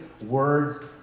words